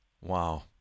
Wow